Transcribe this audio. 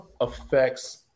affects